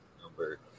number